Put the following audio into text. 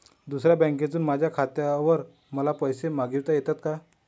दुसऱ्या बँकेतून माझ्या खात्यावर मला पैसे मागविता येतात का?